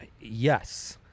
yes